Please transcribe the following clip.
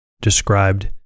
described